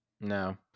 No